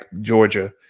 georgia